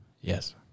Yes